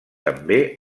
també